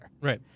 right